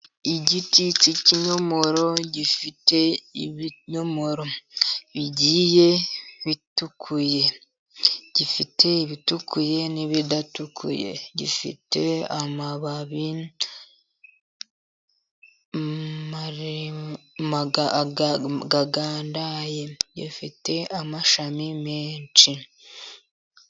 Igiti cy'kinyomoro gifite ibinyomoro bigiye bitukuye. Gifite ibitukuye n'ibidatukuye, gifite amababi agandaye, gifite amashami menshi.